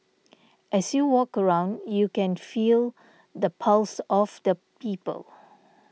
as you walk around you can feel the pulse of the people